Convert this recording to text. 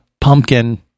pumpkin